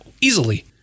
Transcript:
easily